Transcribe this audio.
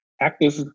active